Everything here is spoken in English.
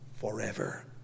forever